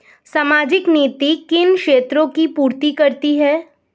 सामाजिक नीति किन क्षेत्रों की पूर्ति करती है?